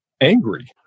angry